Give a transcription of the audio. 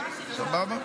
ממש הקשבת.